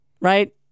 Right